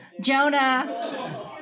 Jonah